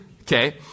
Okay